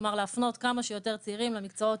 כלומר להפנות כמה שיותר צעירים למקצועות